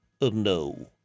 no